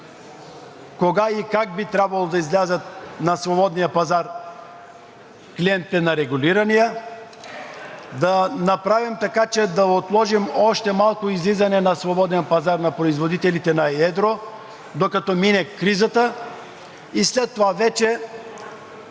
кога и как би трябвало да излязат на свободния пазар клиентите на регулирания, да направим така, че да отложим още малко излизане на свободен пазар на производителите на едро, докато мине кризата, и след това вече